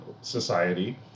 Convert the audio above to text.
society